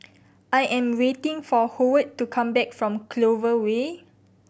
I am waiting for Howard to come back from Clover Way